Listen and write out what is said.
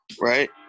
Right